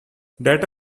data